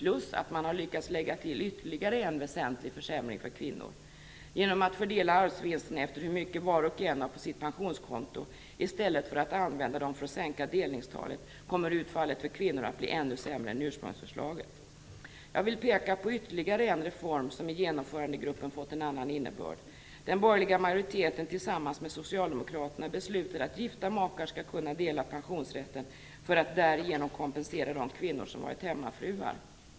Dessutom har man lyckats lägga till ytterligare en väsentlig försämring för kvinnor. Genom att fördela arvsvinsterna efter hur mycket var och en har på sitt pensionskonto i stället för att använda dem för att sänka delningstalet, kommer utfallet för kvinnor att bli ännu sämre än enligt ursprungsförslaget. Jag vill peka på ytterligare en reform som i genomförandegruppen fått en annan innebörd. Den borgerliga majoriteten tillsammans med socialdemokraterna beslutade att gifta makar skall kunna dela pensionsrätten för att därigenom kompensera de kvinnor som varit hemmafruar.